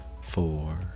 four